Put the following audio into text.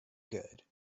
good